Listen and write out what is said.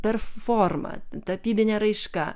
performa tapybinė raiška